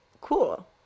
cool